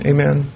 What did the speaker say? Amen